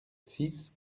six